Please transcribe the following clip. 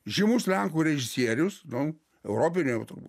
žymus lenkų režisierius nu europinio jau turbūt